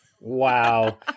Wow